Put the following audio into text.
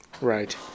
Right